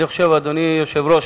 אדוני היושב-ראש,